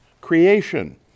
creation